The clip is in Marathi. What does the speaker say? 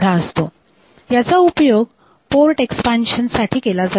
याचा उपयोग पोर्ट एक्सपान्शन साठी केला जातो